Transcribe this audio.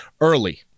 early